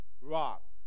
rock